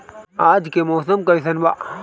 आज के मौसम कइसन बा?